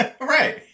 Right